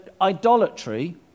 idolatry